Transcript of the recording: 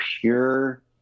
pure